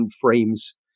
frames